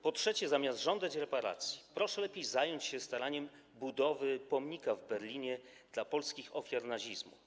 Po trzecie, zamiast żądać reparacji, proszę lepiej zająć się staraniem o budowę pomnika w Berlinie dla polskich ofiar nazizmu.